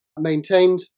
maintained